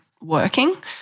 working